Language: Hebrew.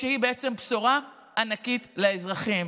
שהיא בשורה ענקית לאזרחים.